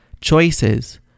Choices